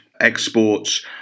exports